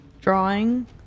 drawing